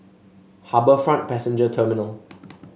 HarbourFront Passenger Terminal